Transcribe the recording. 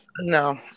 No